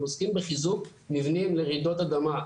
עוסקים בחיזוק מבנים לרעידות אדמה.